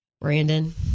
Brandon